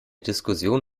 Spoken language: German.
diskussion